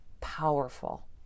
powerful